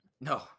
No